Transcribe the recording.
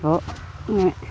ഇപ്പോൾ ഇങ്ങെ